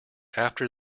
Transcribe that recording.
after